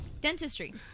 Dentistry